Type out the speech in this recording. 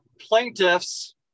plaintiffs